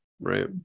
Right